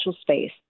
space